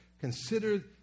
consider